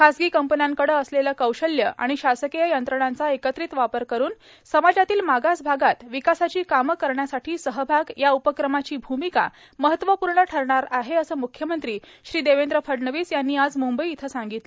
खासगी कंपन्यांकडं असलेलं कौशल्य आणि शासकीय यंत्रणांचा एकत्रित वापर करून समाजातील मागास भागात विकासाची कामं करण्यासाठी सहभाग या उपक्रमाची भूमिका महत्वपूर्ण ठरणार आहे असं मुख्यमंत्री श्री देवेंद्र फडणवीस यांनी आज मुंबई इथं सांगितलं